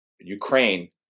ukraine